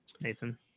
Nathan